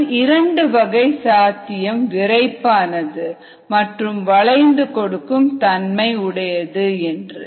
கணுவில் இரண்டு வகை சாத்தியம் விறைப்பானது மற்றும் வளைந்து கொடுக்கும் தன்மை உடையது என